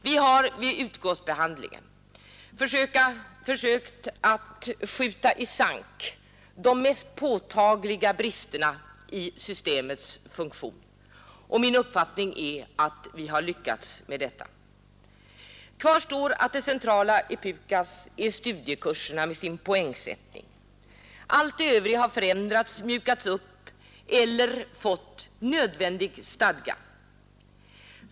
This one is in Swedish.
Vi har vid utskottsbehandlingen försökt att skjuta i sank de mest påtagliga bristerna i systemets funktion. Min uppfattning är att vi har lyckats med detta. Kvar står att det centrala i PUKAS är studiekurserna och poängsättningen. Allt annat har förändrats, mjukats upp eller fått nödvändig stadga.